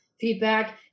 feedback